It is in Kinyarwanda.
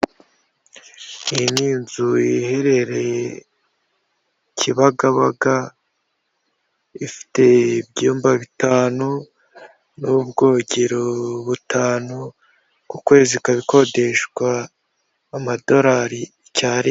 Iyi ni inzu iherereye Kibaga yabaga ifite ibyumba bitanu n'ubwogero butanu, ku kwezi ikaba ikodeshwa amadorari icyari..